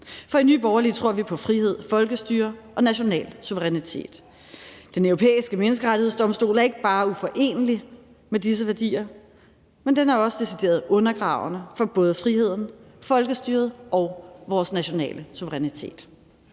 for i Nye Borgerlige tror vi på frihed, folkestyre og national suverænitet. Den Europæiske Menneskerettighedsdomstol er ikke bare uforenelig med disse værdier; den er også decideret undergravende for både friheden, folkestyret og vores nationale suverænitet.